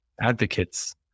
advocates